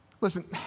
Listen